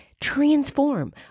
transform